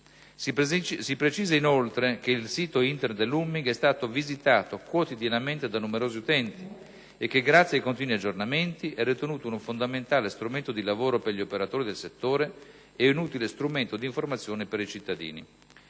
Si precisa, altresì, che il sito Internet dell'UNMIG è visitato, quotidianamente, da numerosi utenti e che, grazie ai continui aggiornamenti, è ritenuto un fondamentale strumento di lavoro per gli operatori del settore e un utile strumento d'informazione per i cittadini.